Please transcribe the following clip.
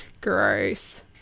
Gross